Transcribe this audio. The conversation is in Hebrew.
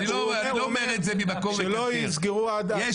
הוא אומר שלא יסגרו עד 09:00. בסדר.